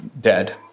dead